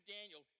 Daniel